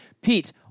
Pete